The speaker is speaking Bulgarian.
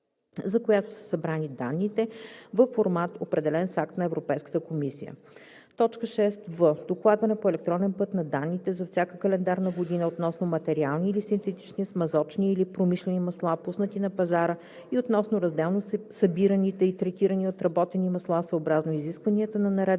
за която са събрани данните, във формат, определен с акт на Европейската комисия; 6в. докладване по електронен път на данните относно данните за всяка календарна година относно минерални или синтетични смазочни или промишлени масла, пуснати на пазара, и относно разделно събираните и третирани отработени масла, съобразно изискванията на наредбата